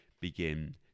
begin